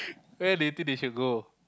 where do you think they should go